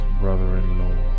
brother-in-law